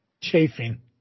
Chafing